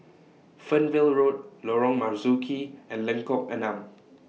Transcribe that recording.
Fernvale Road Lorong Marzuki and Lengkok Enam